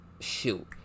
shoot